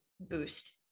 boost